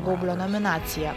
gaublio nominaciją